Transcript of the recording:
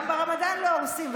גם ברמדאן לא הורסים,